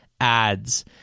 ads